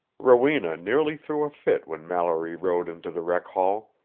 rowena nearly threw a fit when mallory rode into the rec-hall.